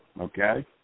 Okay